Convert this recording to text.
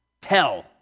tell